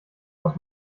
aus